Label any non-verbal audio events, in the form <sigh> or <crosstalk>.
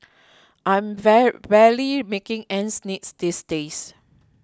I'm <unintelligible> barely making ends meet these days